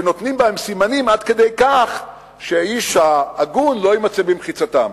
ונותנים בהם סימנים עד כדי כך שהאיש ההגון לא יימצא במחיצתם.